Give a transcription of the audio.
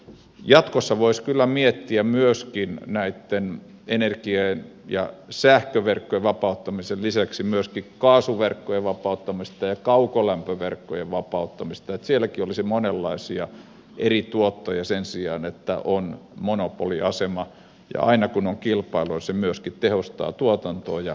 jatkossa voisi kyllä miettiä myöskin näitten energia ja sähköverkkojen vapauttamisen lisäksi myöskin kaasuverkkojen vapauttamista ja kaukolämpöverkkojen vapauttamista että sielläkin olisi monenlaisia eri tuottajia sen sijaan että on monopoliasema ja aina kun on kilpailua se myöskin tehostaa tuotantoa ja laskee hintoja